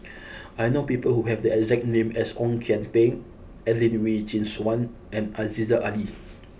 I know people who have the exact name as Ong Kian Peng Adelene Wee Chin Suan and Aziza Ali